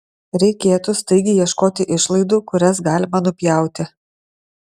reikėtų staigiai ieškoti išlaidų kurias galima nupjauti